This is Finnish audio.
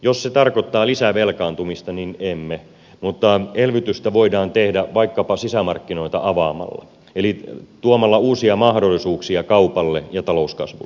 jos se tarkoittaa lisävelkaantumista niin emme mutta elvytystä voidaan tehdä vaikkapa sisämarkkinoita avaamalla eli tuomalla uusia mahdollisuuksia kaupalle ja talouskasvulle